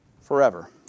forever